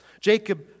Jacob